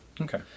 Okay